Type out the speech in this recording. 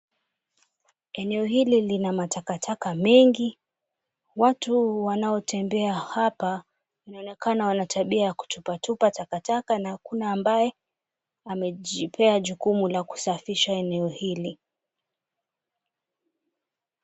Eneo hili lina matakataka mengi. Watu wanaotembea hapa inaonekana wana tabia ya kutupatupa takataka na kuna ambaye amejipea jukumu la kusafisha eneo hili.